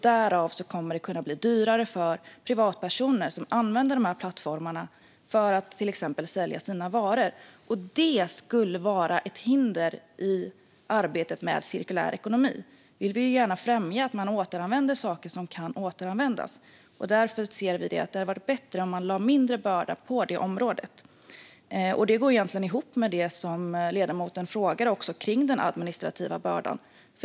Därmed kommer det att kunna bli dyrare för privatpersoner som använder plattformarna för att till exempel sälja sina varor. Detta skulle vara ett hinder i arbetet med en cirkulär ekonomi. Vi vill gärna främja att man återanvänder saker som kan återanvändas. Därför anser vi att det hade varit bättre att lägga en mindre börda på det området. Detta går egentligen ihop med det som ledamoten frågar om den administrativa bördan.